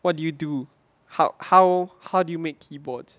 what did you do how how how do you make keyboards